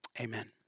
Amen